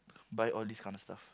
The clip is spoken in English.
buy all these kind of stuff